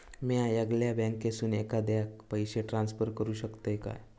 म्या येगल्या बँकेसून एखाद्याक पयशे ट्रान्सफर करू शकतय काय?